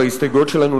בהסתייגויות שלנו,